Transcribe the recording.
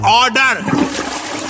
order